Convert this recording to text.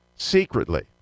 secretly